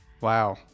Wow